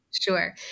Sure